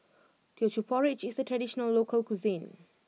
Teochew Porridge is a traditional local cuisine